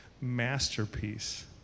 masterpiece